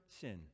sin